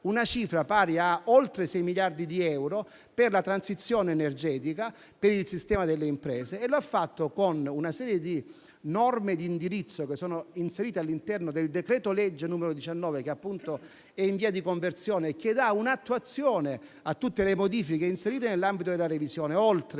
una cifra pari a oltre sei miliardi di euro per la transizione energetica del sistema delle imprese e lo ha fatto con una serie di norme di indirizzo inserite all'interno del decreto-legge n. 19 del 2024, in via di conversione, che dà attuazione a tutte le modifiche inserite nell'ambito della revisione, oltre